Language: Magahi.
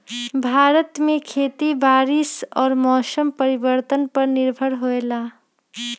भारत में खेती बारिश और मौसम परिवर्तन पर निर्भर होयला